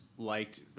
Liked